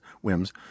whims